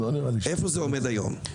איפה זה עומד היום?